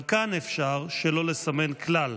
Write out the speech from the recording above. גם כאן אפשר שלא לסמן כלל.